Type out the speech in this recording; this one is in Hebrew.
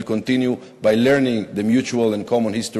continue by learning the mutual and common history